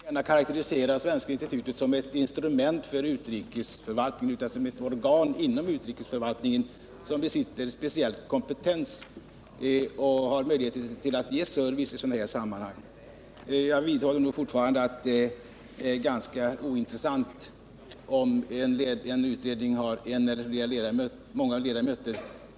Herr talman! Jag vill inte gärna karakterisera Svenska institutet som ett instrument för utrikesförvaltningen, utan som ett organ inom utrikesförvaltningen som besitter speciell kompetens och har möjligheter att ge service i sådana sammanhang. Jag vidhåller fortfarande att det är ganska ointressant om en utredning bara har en ledamot eller många ledamöter.